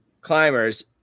climbers